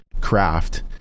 craft